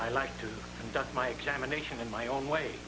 i like to suck my examination in my own way